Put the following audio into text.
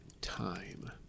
time